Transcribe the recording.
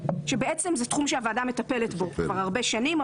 שבעצם זה תחום שהוועדה מטפלת בו כבר הרבה שנים,